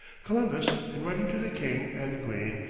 columbus, in writing to the king and queen,